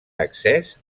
accés